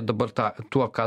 dabar tą tuo ką